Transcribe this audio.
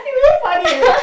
you very funny eh